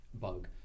bug